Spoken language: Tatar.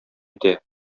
итә